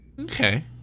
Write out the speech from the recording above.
Okay